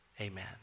Amen